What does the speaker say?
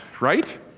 right